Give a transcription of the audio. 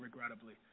regrettably